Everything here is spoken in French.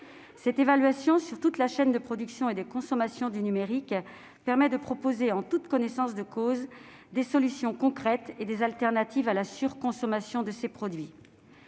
Cette évaluation sur toute la chaîne de production et de consommation du numérique permet de proposer, en toute connaissance de cause, des solutions concrètes et des alternatives à la surconsommation de ces produits.